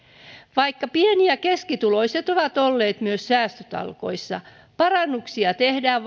vaikka pieni ja keskituloiset ovat olleet myös säästötalkoissa parannuksia tehdään